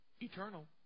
Eternal